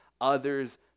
others